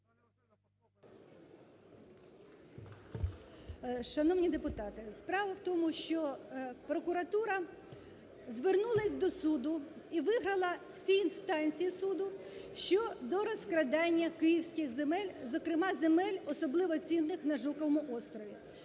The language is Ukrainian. Шановні депутати, справа в тому, що прокуратура звернулась до суду і виграла всі інстанції суду щодо розкрадання київських земель, зокрема, земель особливо цінних на Жуковому острові.